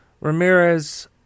Ramirez